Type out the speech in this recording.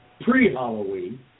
pre-Halloween